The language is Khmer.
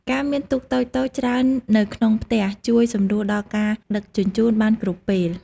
ការមានទូកតូចៗច្រើននៅក្នុងផ្ទះជួយសម្រួលដល់ការដឹកជញ្ជូនបានគ្រប់ពេល។